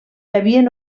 havien